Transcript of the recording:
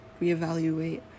reevaluate